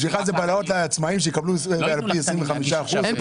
בשבילך זה בלהות העצמאים יקבלו לפי 25 אחוזים?